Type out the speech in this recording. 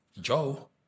Joe